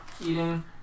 eating